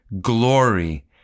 glory